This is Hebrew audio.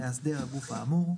מאסדר הגוף האמור.